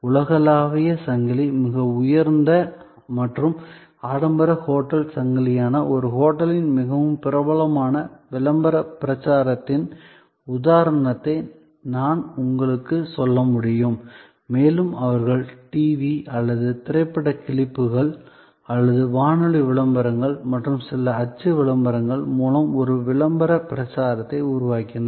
உலகளாவிய சங்கிலி மிக உயர்ந்த மற்றும் ஆடம்பர ஹோட்டல் சங்கிலியான ஒரு ஹோட்டலின் மிகவும் பிரபலமான விளம்பர பிரச்சாரத்தின் உதாரணத்தை நான் உங்களுக்கு சொல்ல முடியும் மேலும் அவர்கள் டிவி அல்லது திரைப்பட கிளிப்புகள் அல்லது வானொலி விளம்பரங்கள் மற்றும் சில அச்சு விளம்பரங்கள் மூலம் ஒரு விளம்பர பிரச்சாரத்தை உருவாக்கினர்